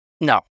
No